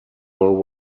world